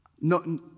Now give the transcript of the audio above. No